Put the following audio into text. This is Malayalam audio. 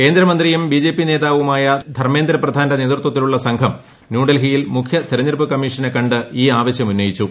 കേന്ദ്രമന്ത്രിയും ബിജെപി നേതാവുമായ ധർമ്മേന്ദ്ര പ്രധാന്റെ നേതൃത്വത്തിലുള്ള സംഘം ന്യൂഡൽഹിയിൽ മുഖ്യ തെരഞ്ഞെടുപ്പ് കമ്മീഷനെ കണ്ട് ഈ ആവശ്യം ഉന്നയിച്ചു